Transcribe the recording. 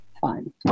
Fine